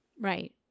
Right